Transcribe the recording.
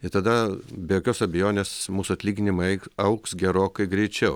ir tada be jokios abejonės mūsų atlyginimai augs gerokai greičiau